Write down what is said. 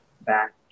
back